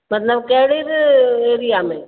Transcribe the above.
मतलबु कहिड़ी बि एरिया में